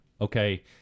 okay